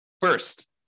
first